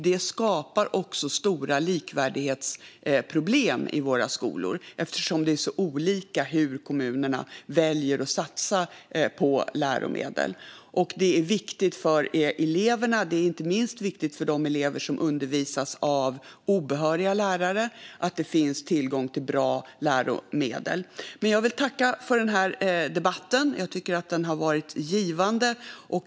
Det skapar stora likvärdighetsproblem i våra skolor, eftersom kommunerna väljer att satsa på läromedel i så olika hög grad. Det är viktigt för eleverna att det finns tillgång till bra läromedel, inte minst för de elever som undervisas av obehöriga lärare. Jag vill tacka för debatten. Den har varit givande.